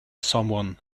someone